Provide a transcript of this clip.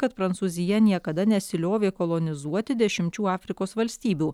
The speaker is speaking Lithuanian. kad prancūzija niekada nesiliovė kolonizuoti dešimčių afrikos valstybių